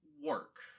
work